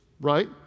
right